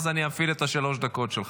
אז אני אפעיל את שלוש הדקות שלך.